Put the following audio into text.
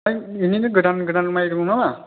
ओमफाय बिदिनो गोदान गोदान माइ दं नामा